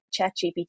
ChatGPT